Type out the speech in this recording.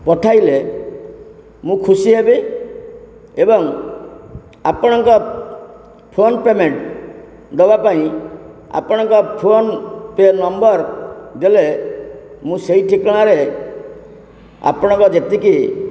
ପଠାଇଲେ ମୁଁ ଖୁସି ହେବି ଏବଂ ଆପଣଙ୍କ ଫୋନ୍ ପେମେଣ୍ଟ୍ ଦବାପାଇଁ ଆପଣଙ୍କ ଫୋନ୍ ପେ ନମ୍ବର୍ ଦେଲେ ମୁଁ ସେଇ ଠିକଣାରେ ଆପଣଙ୍କ ଯେତିକି